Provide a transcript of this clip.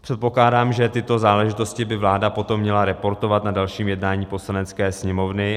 Předpokládám, že tyto záležitosti by vláda potom měla reportovat na dalším jednání Poslanecké sněmovny.